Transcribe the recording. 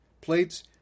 Plates